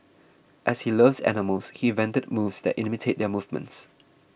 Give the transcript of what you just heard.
as he loves animals he invented moves that imitate their movements